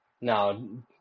No